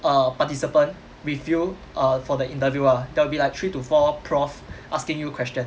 err participant with you err for the interview ah there will be like three to four profs asking you question